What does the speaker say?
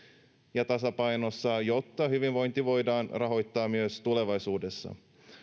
ja tasapainossa jotta hyvinvointi voidaan rahoittaa myös tulevaisuudessa